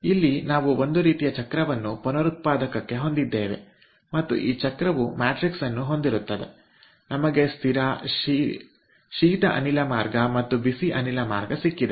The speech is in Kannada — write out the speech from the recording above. ಇಲ್ಲಿ ನಾವು ಒಂದು ರೀತಿಯ ಚಕ್ರವನ್ನು ಪುನರುತ್ಪಾದಕಕ್ಕೆ ಹೊಂದಿದ್ದೇವೆ ಮತ್ತು ಈ ಚಕ್ರವು ಮ್ಯಾಟ್ರಿಕ್ಸ್ಅನ್ನು ಹೊಂದಿರುತ್ತದೆ ನಮಗೆ ಸ್ಥಿರ ಶೀತ ಅನಿಲ ಮಾರ್ಗ ಮತ್ತು ಬಿಸಿ ಅನಿಲ ಮಾರ್ಗ ಸಿಕ್ಕಿದೆ